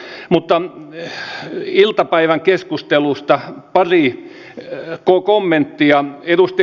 mutta iltapäivän keskustelusta pari kommenttia